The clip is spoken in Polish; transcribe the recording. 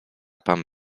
pan